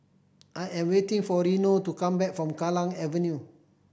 I am waiting for Reino to come back from Kallang Avenue